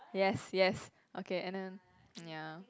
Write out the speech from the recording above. yes yes okay and then ya